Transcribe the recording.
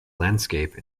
landscape